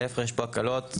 להיפך, יש פה הקלות.